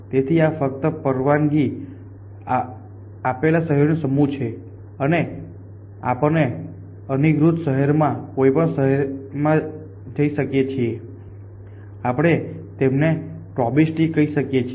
તેથી આ ફક્ત પરવાનગી આપેલા શહેરોના સમૂહો છે અને આપણે અનધિકૃત શહેરોમાંથી કોઈપણ શહેરમાં જઈ શકીએ છીએ આપણે તેમને જે પ્રોબિસ્ટિક કહી શકીએ છીએ